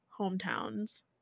hometowns